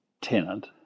tenant